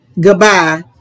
Goodbye